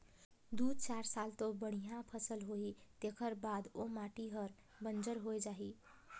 दू चार साल तो बड़िया फसल होही तेखर बाद ओ माटी हर बंजर होए जाही